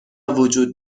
وجود